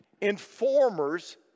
informers